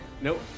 Nope